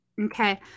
Okay